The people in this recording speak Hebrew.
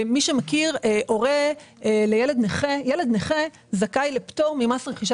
מי שמכיר, ילד נכה זכאי לפטור ממס רכישה.